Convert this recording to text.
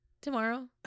tomorrow